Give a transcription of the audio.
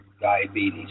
diabetes